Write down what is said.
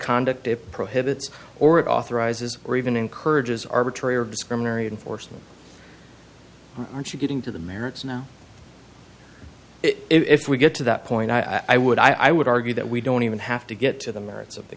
conduct it prohibits or it authorizes or even encourages arbitrary or discriminating forces aren't you getting to the merits now if we get to that point i would i would argue that we don't even have to get to the merits of the